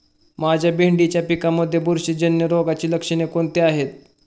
माझ्या भेंडीच्या पिकामध्ये बुरशीजन्य रोगाची लक्षणे कोणती आहेत?